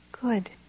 Good